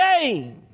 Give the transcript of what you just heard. game